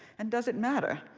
and does it matter?